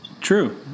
True